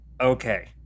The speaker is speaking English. okay